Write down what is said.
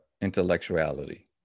intellectuality